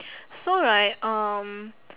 so like um